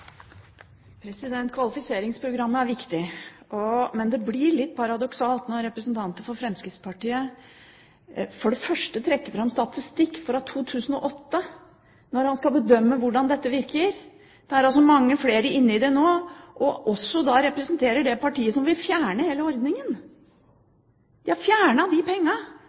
viktig. Men det blir litt paradoksalt når representanten for Fremskrittspartiet trekker fram statistikk fra 2008 når han skal bedømme hvordan dette virker – det er mange flere som deltar nå – og også representerer det partiet som vil fjerne hele ordningen. De vil fjerne disse pengene. Det er de viktigste pengene